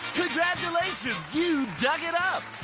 congratulations, you dug it up!